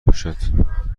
باشد